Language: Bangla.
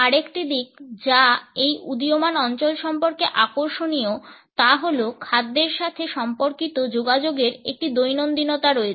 আরেকটি দিক যা এই উদীয়মান অঞ্চল সম্পর্কে আকর্ষণীয় তা হল খাদ্যের সাথে সম্পর্কিত যোগাযোগের একটি দৈনন্দিনতা রয়েছে